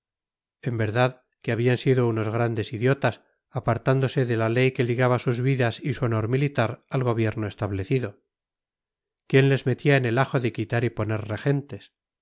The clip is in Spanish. en verdad que habían sido unos grandes idiotas apartándose de la ley que ligaba sus vidas y su honor militar al gobierno establecido quién les metía en el ajo de quitar y poner regentes